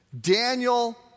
Daniel